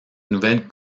nouvelle